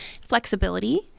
flexibility